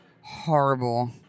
Horrible